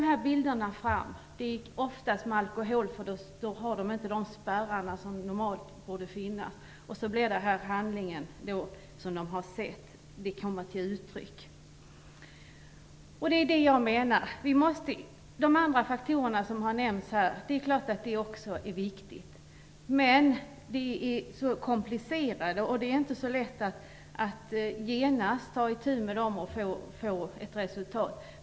När de dessutom är påverkade av alkohol har de inte de spärrar som normalt finns, och då kan de handlingar som de har sett komma till utförande. Visst är också de andra faktorer som har nämnts här viktiga, men de är komplicerade och inte lätta att genast ta itu med på ett sätt som ger resultat.